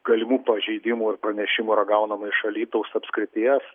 galimų pažeidimų ir pranešimų yra gaunama iš alytaus apskrities